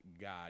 God